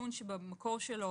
שבמקור שלו